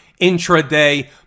intraday